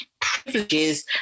privileges